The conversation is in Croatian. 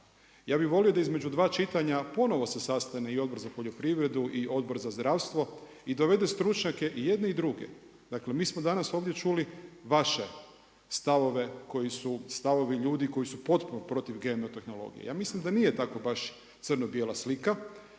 ja bih volio da između dva čitanja ponovo se sastane i Odbor za poljoprivredu i Odbor za zdravstvo i dovedu stručnjake i jedne i druge. Dakle mi smo danas ovdje čuli vaše stavove koji su stavovi ljudi koji su potpuno protiv GMO tehnologije. Ja mislim da nije tako baš crno bijela slika